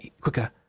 quicker